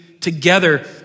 together